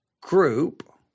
group